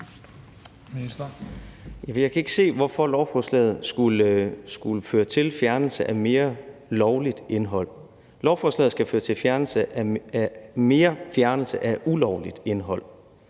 Jeg kan ikke se, hvorfor lovforslaget skulle føre til fjernelse af mere lovligt indhold. Lovforslaget skal føre til mere fjernelse af ulovligt indhold.